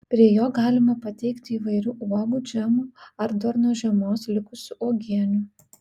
prie jo galima pateikti įvairių uogų džemų ar dar nuo žiemos likusių uogienių